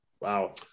wow